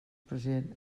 present